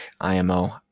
IMO